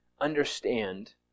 understand